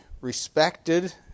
respected